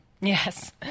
Yes